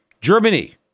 Germany